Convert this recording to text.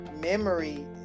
Memory